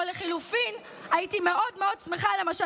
או לחלופין הייתי מאוד מאוד שמחה למשל